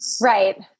right